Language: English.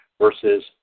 versus